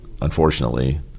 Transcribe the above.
unfortunately